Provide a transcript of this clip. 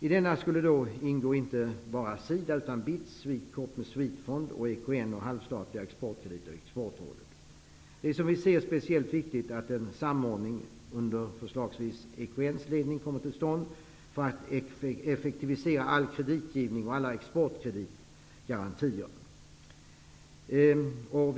I denna skulle då inte bara SIDA ingå utan även BITS, Swedecorp, Swedfund, Vi ser det som speciellt viktigt att en samordning under förslagsvis EKN:s ledning kommer till stånd, för att all kreditgivning och alla exportkreditgarantier skall effektiviseras.